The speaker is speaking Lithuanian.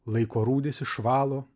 laiko rūdis išvalo